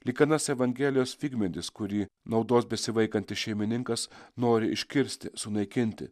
lyg anas evangelijos figmedis kurį naudos besivaikantis šeimininkas nori iškirsti sunaikinti